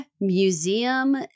museum